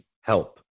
help